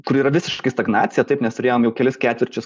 kur yra visiškai stagnacija taip nes turėjome kelis ketvirčius